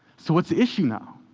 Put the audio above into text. so what's the issue now?